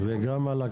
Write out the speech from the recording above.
נכון.